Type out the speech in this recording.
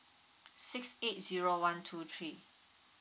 six eight zero one two three